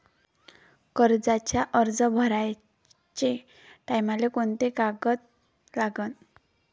कर्जाचा अर्ज भराचे टायमाले कोंते कागद लागन?